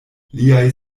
liaj